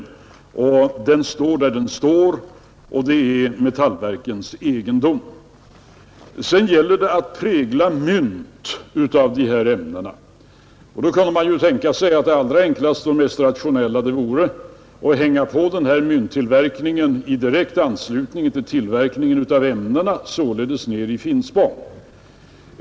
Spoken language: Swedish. Den står där den står, och den är Metallverkens egendom. Det gäller sedan att prägla mynt av dessa metallämnen. Då kunde man tänka sig att det allra enklaste och mest rationella vore att hänga på mynttillverkningen i direkt anslutning till tillverkningen av ämnena, således nere i Finspång.